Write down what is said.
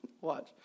Watch